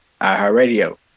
iHeartRadio